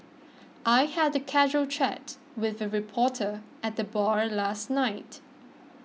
I had a casual chat with a reporter at the bar last night